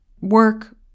work